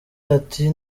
ati